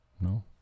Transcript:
No